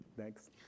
Thanks